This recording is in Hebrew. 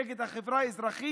נגד החברה האזרחית,